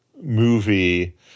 movie